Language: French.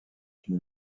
une